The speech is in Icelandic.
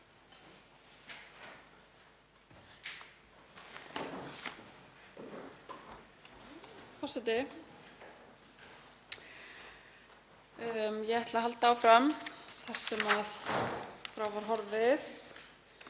forseti. Ég ætla að halda áfram þar sem frá var horfið.